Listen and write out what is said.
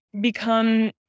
become